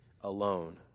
alone